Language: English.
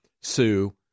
sue